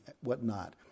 whatnot